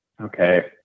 Okay